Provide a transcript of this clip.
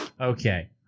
Okay